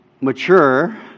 mature